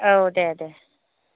औ दे दे